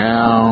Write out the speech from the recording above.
Now